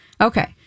Okay